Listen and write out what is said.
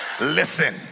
listen